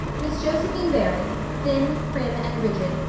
miss josephine barry, thin, prim, and rigid,